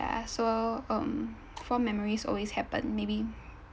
so um fond memories always happen maybe